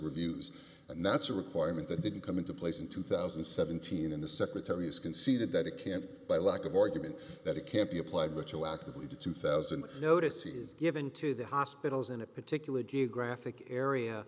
reviews and that's a requirement that didn't come into place in two thousand and seventeen in the secretary's conceded that it can't by lack of argument that it can't be applied which will actively two thousand notices given to the hospitals in a particular geographic area